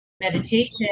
meditation